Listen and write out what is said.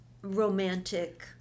romantic